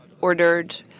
ordered